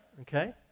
Okay